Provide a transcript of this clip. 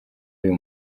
uyu